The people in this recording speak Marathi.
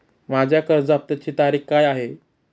माझ्या कर्ज हफ्त्याची तारीख काय आहे?